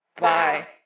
Bye